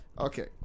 Okay